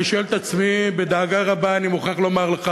אני שואל את עצמי, ובדאגה רבה אני מוכרח לומר לך,